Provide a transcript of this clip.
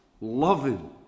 loving